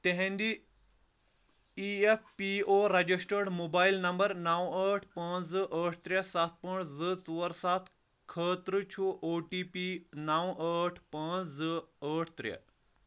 تہنٛدِ E F P O registered mobile number نو ٲٹھ پانٛژھ زٕ ٲٹھ ترٛےٚ سَتھ پانٛژھ زٕ ژور سَتھ خٲطرٕ چھُ او ٹی پی نو ٲٹھ پانٛژھ زٕ ٲٹھ ترٛےٚ